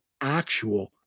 actual